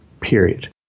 period